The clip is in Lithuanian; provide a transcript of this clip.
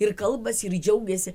ir kalbasi ir džiaugiasi